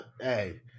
hey